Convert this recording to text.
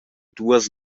duas